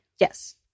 Yes